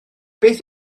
beth